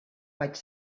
vaig